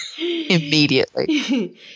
Immediately